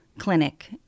clinic